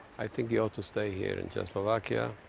i think you ought to stay here in czechoslovakia,